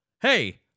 Hey